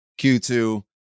Q2